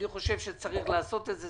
אני חושב שצריך לעשות את זה.